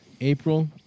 April